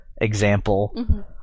example